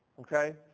Okay